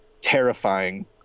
terrifying